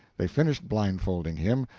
they finished blindfolding him,